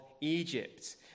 Egypt